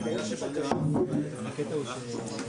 פגיעה וירטואלית שאולי אנשים כמו זאב שטח